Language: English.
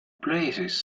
places